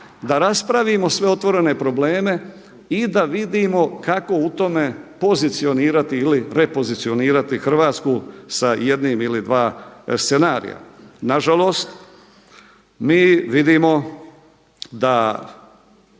da raspravimo sve otvorene probleme i da vidimo kako u tome pozicionirati ili repozicionirati Hrvatsku sa jednim ili dva scenarija. Na žalost, mi vidimo da